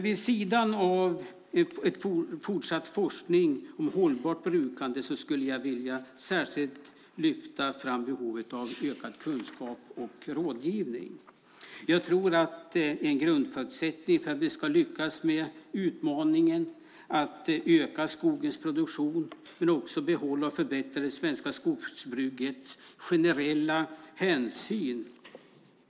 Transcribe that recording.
Vid sidan av fortsatt forskning om hållbart brukande vill jag särskilt lyfta fram behovet av ökad kunskap och rådgivning. Jag tror att det är en grundförutsättning för att vi ska lyckas med utmaningen att öka skogens produktion samt behålla och förbättra det svenska skogsbrukets generella hänsyn.